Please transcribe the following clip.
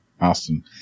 Awesome